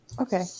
Okay